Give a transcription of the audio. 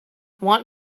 want